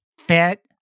fit